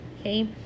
Okay